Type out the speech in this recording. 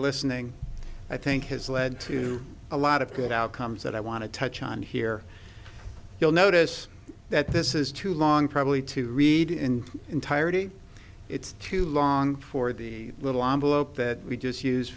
listening i think has led to a lot of good outcomes that i want to touch on here you'll notice that this is too long probably to read in entirety it's too long for the little that we just use